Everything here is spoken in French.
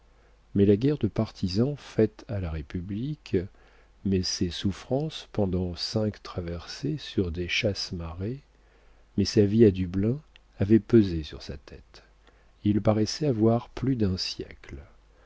mais la guerre de partisan faite à la république mais ses souffrances pendant cinq traversées sur des chasse marées mais sa vie à dublin avaient pesé sur sa tête il paraissait avoir plus d'un siècle